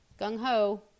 gung-ho